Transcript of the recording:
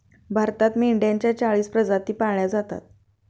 भारतात मेंढ्यांच्या चाळीस प्रजाती पाळल्या जातात